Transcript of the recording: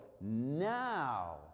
now